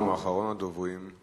אחרון הדוברים,